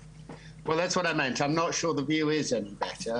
וזה יותר מידי מכדי להיכנס אליה בנפרד,